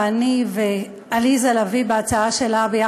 אני ועליזה לביא בהצעה שלי,